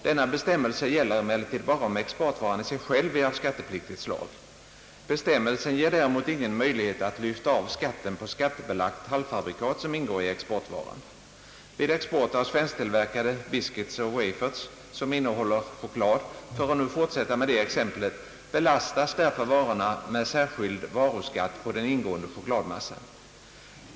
Denna bestämmelse gäller emellertid bara om exportvaran i sig själv är av skattepliktigt slag. Bestämmelsen ger däremot ingen möjlighet att lyfta av skatten på skattebelagt halvfabrikat som ingår i exportvara. Vid export av svensktillverkade biscuits och wafers som innehåller choklad — för att nu fortsätta med det exemplet — belastas därför varorna med särskild varuskatt på den ingående chokladmassan.